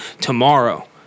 tomorrow